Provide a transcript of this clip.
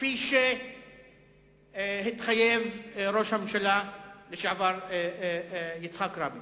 כפי שהתחייב ראש הממשלה לשעבר יצחק רבין